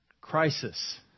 crisis